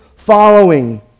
following